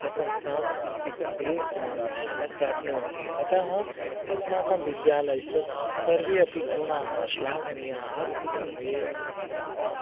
प्रशंसां ते प्राप्नुवन्ति अतः अस्माकं विद्यालयस्य सर्वे अपि गुणाः श्लाघनीयाः इति मे विचारः